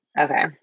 Okay